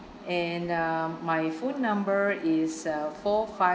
and uh my phone number is uh four five